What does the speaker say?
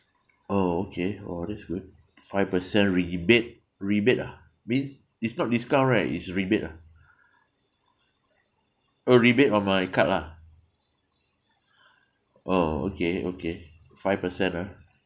oh okay oh that's good five percent rebate rebate ah means it's not discount right it's rebate ah oh rebate on my card lah oh okay okay five percent ah